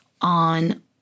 on